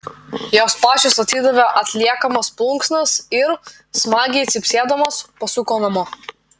jos pačios atidavė atliekamas plunksnas ir smagiai cypsėdamos pasuko namo